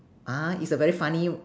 ah is a very funny